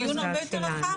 שוב, זה דיון הרבה יותר רחב.